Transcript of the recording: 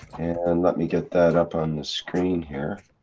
and let me get that up on the screen here.